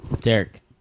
Derek